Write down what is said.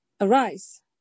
Arise